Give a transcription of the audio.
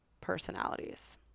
personalities